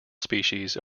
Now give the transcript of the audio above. species